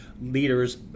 leaders